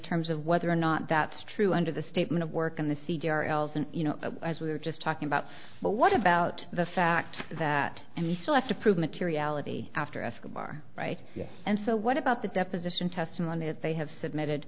terms of whether or not that's true under the statement of work in the c d r l's and you know as we were just talking about but what about the fact that and you still have to prove materiality after escobar right and so what about the deposition testimony that they have submitted